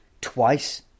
twice